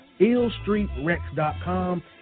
IllstreetRex.com